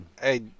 Hey